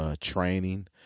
training